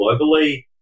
globally